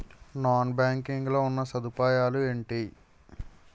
Non banking లో ఉన్నా సదుపాయాలు ఎంటి?